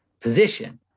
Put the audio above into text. position